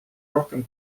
rohkem